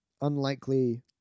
unlikely